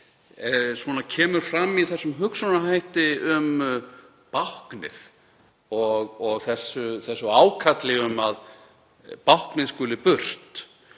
sem kemur fram í þessum hugsunarhætti um báknið og þessu ákalli um að báknið skuli burt